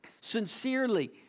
Sincerely